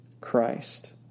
Christ